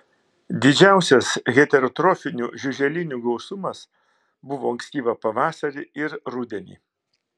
didžiausias heterotrofinių žiuželinių gausumas buvo ankstyvą pavasarį ir rudenį